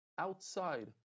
Outside